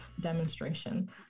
demonstration